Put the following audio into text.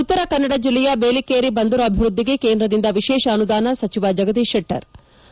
ಉತ್ತರ ಕನ್ನಡ ಜಿಲ್ಲೆಯ ಬೇಲೇಕೇರಿ ಬಂದರು ಅಭಿವೃದ್ದಿಗೆ ಕೇಂದ್ರದಿಂದ ವಿಶೇಷ ಅನುದಾನ ಸಚಿವ ಜಗದೀಶ್ ಶೆಟ್ಟರ್ ಳ